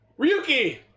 Ryuki